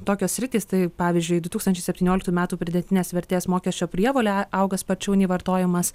tokios sritys tai pavyzdžiui du tūkstančiai septynioliktų metų pridėtinės vertės mokesčio prievolė auga sparčiau nei vartojimas